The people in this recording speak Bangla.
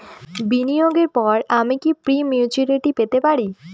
বিনিয়োগের পর আমি কি প্রিম্যচুরিটি পেতে পারি?